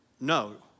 no